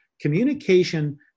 communication